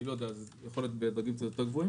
יכול להיות שזה צריך לקבל מענה